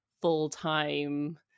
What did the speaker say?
full-time